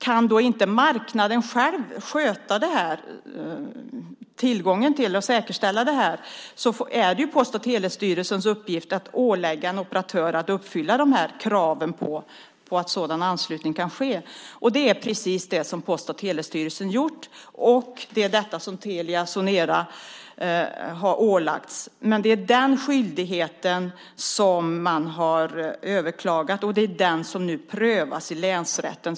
Kan då inte marknaden själv sköta detta och säkerställa tillgången är det Post och telestyrelsens uppgift att ålägga en operatör att uppfylla kraven på att en sådan anslutning kan ske. Det är precis det som Post och telestyrelsen har gjort, och det är detta som Telia Sonera har ålagts. Men det är den skyldigheten som man har överklagat, och det är den som nu prövas i länsrätten.